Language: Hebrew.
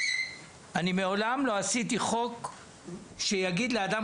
אני מעולם לא עשיתי חוק שיגיד לאדם